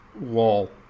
wall